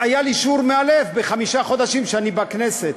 היה לי שיעור מאלף בחמשת החודשים שאני בכנסת.